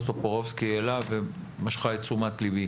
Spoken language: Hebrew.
טופורובסקי העלה ומשכה את תשומת ליבי.